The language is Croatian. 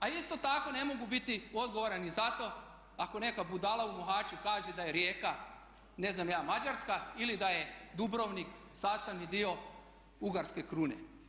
A isto tako ne mogu biti odgovoran i za to ako neka budala u Mohaću kaže da je Rijeka ne znam ja Mađarska ili da je Dubrovnik sastavni dio Ugarske krune.